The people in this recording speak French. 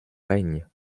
règne